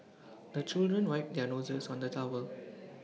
the children wipe their noses on the towel